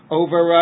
over